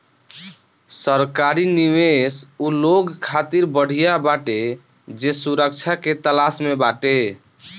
सरकारी निवेश उ लोग खातिर बढ़िया बाटे जे सुरक्षा के तलाश में बाटे